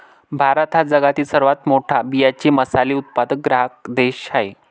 भारत हा जगातील सर्वात मोठा बियांचे मसाले उत्पादक ग्राहक देश आहे